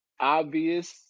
obvious